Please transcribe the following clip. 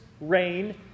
rain